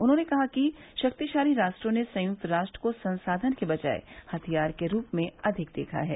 उन्होने कहा कि शक्तिशाली राष्ट्रों ने संयुक्त राष्ट्र को संस्थान के बजाय हथियार के रूप में अधिक देखा है